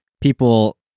people